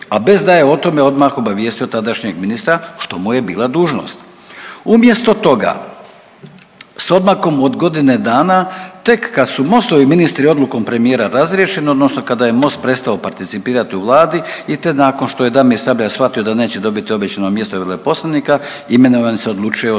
a bez da je o tome odmah obavijestio tadašnjeg ministra što mu je bila dužnost. Umjesto toga s odmakom od godine dana tek kad su Mostovi ministri odlukom premijera razriješeni odnosno kada je Most prestao participirati u vladi i to nakon što je Damir Sabljak shvatio da neće dobiti obećano mjesto veleposlanika imenovani se odlučuje